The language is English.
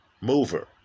mover